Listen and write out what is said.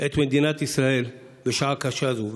את מדינת ישראל בשעה קשה זו.